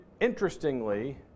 interestingly